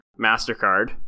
mastercard